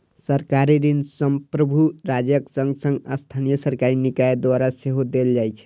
सरकारी ऋण संप्रभु राज्यक संग संग स्थानीय सरकारी निकाय द्वारा सेहो देल जाइ छै